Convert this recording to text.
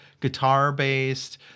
guitar-based